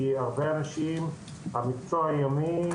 הרבה אנשים המקצוע הימי,